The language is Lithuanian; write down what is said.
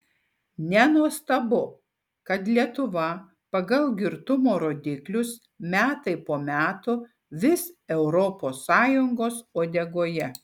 nenuostabu kad lietuva pagal girtumo rodiklius metai po metų vis europos sąjungos uodegoje